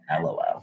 LOL